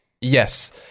Yes